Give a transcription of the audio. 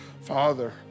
father